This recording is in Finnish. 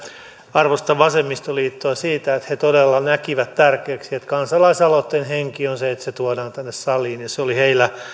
arvostan vasemmistoliittoa siitä että he todella näkivät tärkeäksi että kansalaisaloitteen henki on se että se tuodaan tänne saliin ja se oli heillä